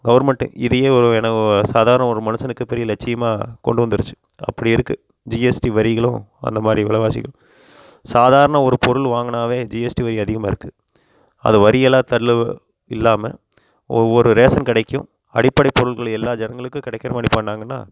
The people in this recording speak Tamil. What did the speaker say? கவுர்ன்மெண்ட்டே இதையே ஒரு என ஓ சாதாரண ஒரு மனுஷனுக்கு பெரிய லட்சியமாக கொண்டு வந்துடுச்சு அப்படி இருக்குது ஜிஎஸ்டி வரிகளும் அந்த மாதிரி விலை வாசியும் சாதாரண ஒரு பொருள் வாங்கினாவே ஜிஎஸ்டி வரி அதிகமாக இருக்குது அது வரிகளாத்தள்ளவு இல்லாமல் ஒவ்வொரு ரேஷன் கடைக்கும் அடிப்படை பொருள்கள் எல்லா ஜனங்களுக்கும் கிடைக்கிற மாதிரி பண்ணிணாங்கன்னா